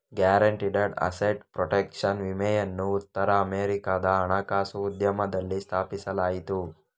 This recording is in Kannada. ಗ್ಯಾರಂಟಿಡ್ ಅಸೆಟ್ ಪ್ರೊಟೆಕ್ಷನ್ ವಿಮೆಯನ್ನು ಉತ್ತರ ಅಮೆರಿಕಾದ ಹಣಕಾಸು ಉದ್ಯಮದಲ್ಲಿ ಸ್ಥಾಪಿಸಲಾಯಿತು